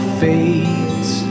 fades